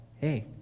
hey